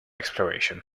exploration